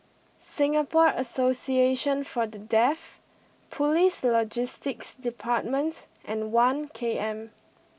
Singapore Association For The Deaf Police Logistics Department and One K M